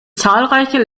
zahlreiche